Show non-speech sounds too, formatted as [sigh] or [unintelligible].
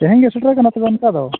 ᱛᱮᱦᱮᱧ ᱜᱮ ᱥᱮᱴᱮᱨ ᱠᱟᱱᱟ ᱥᱮ [unintelligible] ᱚᱱᱠᱟ ᱫᱚ